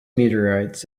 meteorites